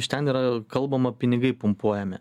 iš ten yra kalbama pinigai pumpuojami